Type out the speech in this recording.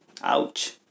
Ouch